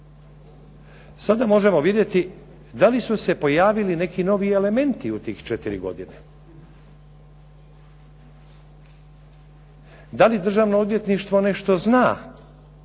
sada možemo vidjeti da li su se pojavili neki novi elementi u tih 4 godine. Da li Državno odvjetništvo nešto zna?